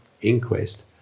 inquest